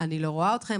אני לא רואה אתכם,